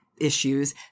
issues